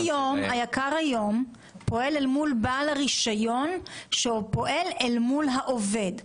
היק"ר היום פועל אל מול בעל הרישיון שפועל אל מול העובד.